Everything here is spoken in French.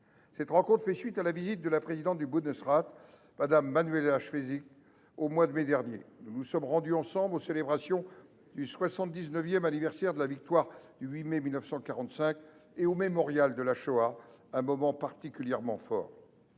Cette rencontre fait suite à la visite de la présidente du Bundesrat, Mme Manuela Schwesig, au mois de mai dernier. Nous nous sommes rendus ensemble aux célébrations du 79 anniversaire de la victoire du 8 mai 1945, ainsi qu’au mémorial de la Shoah ; ce fut un moment particulièrement fort.